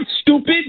stupid